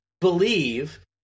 believe